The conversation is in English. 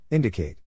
Indicate